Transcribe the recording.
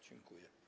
Dziękuję.